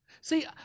See